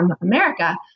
America